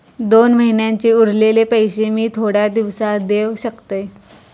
दोन महिन्यांचे उरलेले पैशे मी थोड्या दिवसा देव शकतय?